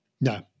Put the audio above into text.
No